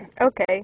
Okay